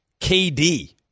KD